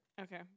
Okay